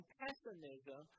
pessimism